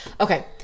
okay